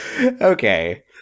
okay